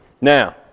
Now